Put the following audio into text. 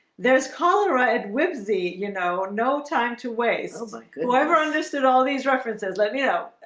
there's cholera at whimsy you know no time to waste like whoever understood all these references. let me know